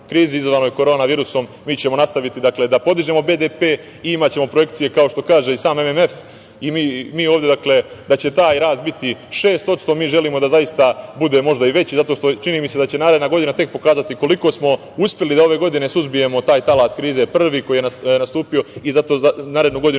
krizi izazvanoj korona virusom, mi ćemo nastaviti da podižemo BDP i imaćemo projekcije, kao što kaže i sam MMF i mi ovde da će taj rast biti 6%. Mi želimo da bude i veći, jer čini mi se da će naredna godina pokazati koliko smo uspeli da ove godine suzbijemo taj talas krize prvi koji je nastupio i zato za narednu godinu